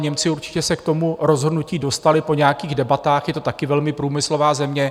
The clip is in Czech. Němci určitě se k tomu rozhodnutí dostali po nějakých debatách, je to taky velmi průmyslová země.